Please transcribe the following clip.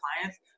clients